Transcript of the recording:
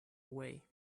away